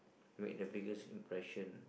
make the biggest impression